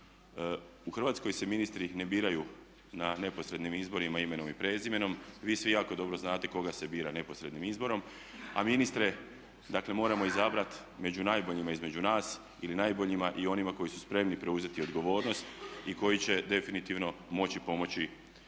u Hrvatskoj se ministri ne biraju na neposrednim izborima imenom i prezimenom, vi svi jako dobro znate koga se bira neposrednim izborom a ministre dakle moramo izabrati među najboljima između nas ili najboljima i onima koji su spremni preuzeti odgovornost i koji će definitivno moći pomoći